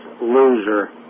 loser